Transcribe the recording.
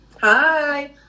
Hi